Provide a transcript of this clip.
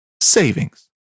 savings